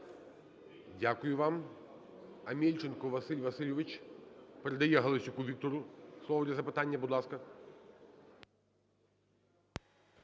Дякую вам. АмельченкоВасиль Васильович передаєГаласюку Віктору слово для запитання.